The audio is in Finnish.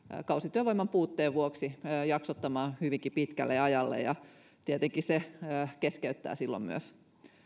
kausityövoiman puutteen vuoksi jaksottamaan hyvinkin pitkälle ajalle ja tietenkin se keskeyttää silloin myös